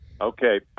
Okay